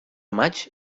maig